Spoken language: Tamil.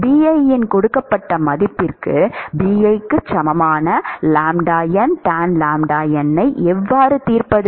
Bi இன் கொடுக்கப்பட்ட மதிப்பிற்கு Bi க்கு சமமான tan ஐ எவ்வாறு தீர்ப்பது